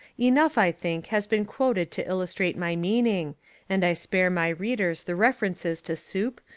enough, i think, has been quoted to illustrate my meaning and i spare my readers the refer ences to soup,